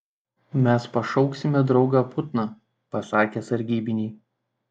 mes pašauksime draugą putną pasakė sargybiniai